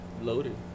loaded